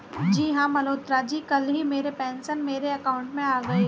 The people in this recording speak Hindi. जी हां मल्होत्रा जी कल ही मेरे पेंशन मेरे अकाउंट में आ गए